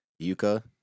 Yuka